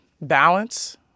Balance